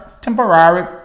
temporary